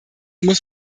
muss